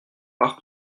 par